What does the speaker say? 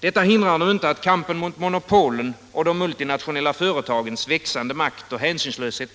Det hindrar inte att kampen mot monopolen och mot de multinationella företagens växande makt och hänsynslöshet